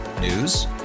News